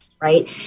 right